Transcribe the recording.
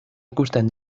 ikusten